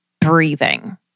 breathing